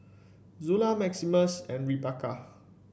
Zula Maximus and Rebekah